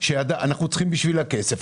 ואנחנו צריכים בשבילה כסף.